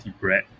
bread